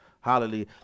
Hallelujah